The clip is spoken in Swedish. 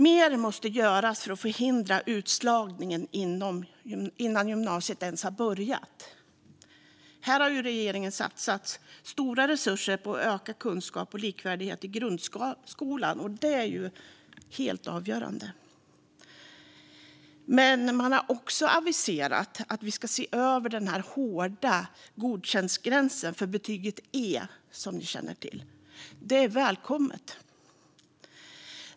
Mer måste göras för att förhindra utslagning innan gymnasiet ens har börjat. Här har regeringen satsat stora resurser på att öka kunskap och likvärdighet i grundskolan. Det är helt avgörande. Man har också aviserat att vi ska se över den hårda gränsen för godkänt, för betyget E, som vi känner till. Det är välkommet.